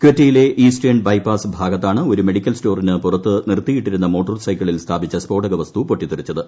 കുറ്റയിലെ eastern bypass ഭാഗത്താണ് ഒരു medical സ്റ്റോറിന് പുറത്ത് നിറുത്തിയിട്ടിരുന്ന മോട്ടോർ സൈക്കിളിൽ സ്ഥാപിച്ച സ്ഫോടക വസ്തു പൊട്ടിത്തെറിച്ചത്